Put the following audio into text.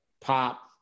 pop